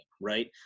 right